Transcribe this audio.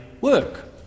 work